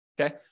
Okay